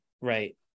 right